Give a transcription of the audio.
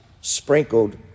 sprinkled